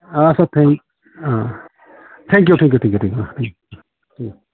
आच्चा thank you thank U